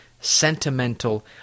sentimental